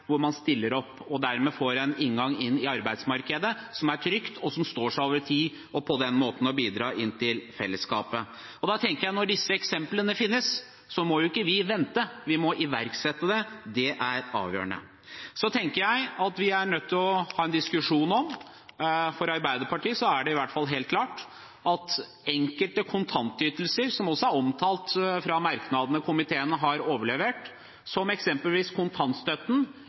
hvor man stiller opp og dermed får en inngang til arbeidsmarkedet, noe som er trygt og som står seg over tid, og på den måten bidrar til fellesskapet. Da tenker jeg at når disse eksemplene finnes, må ikke vi vente: Vi må iverksette. Det er avgjørende. Så tenker jeg at vi er nødt til å ha en diskusjon – det er i hvert fall helt klart for Arbeiderpartiet – om at enkelte kontantytelser, som også er omtalt i merknader komiteen har overlevert, som eksempelvis kontantstøtten,